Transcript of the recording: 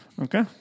Okay